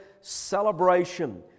celebration